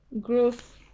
growth